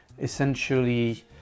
Essentially